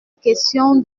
question